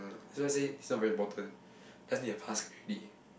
um that's why I say it's not very important just need to pass can already